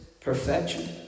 perfection